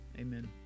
Amen